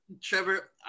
Trevor